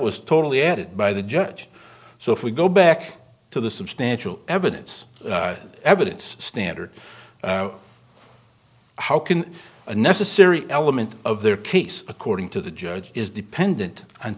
was totally added by the judge so if we go back to the substantial evidence evidence standard how can a necessary element of their case according to the judge is dependent on